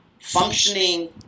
functioning